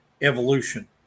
evolution